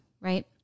right